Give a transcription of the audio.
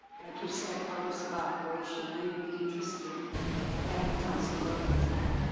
like you said, hours of operation. i'd be interested in having counsel look at that.